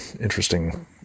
interesting